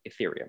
Ethereum